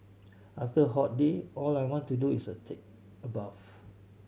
after a hot day all I want to do is a take a bath